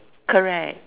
correct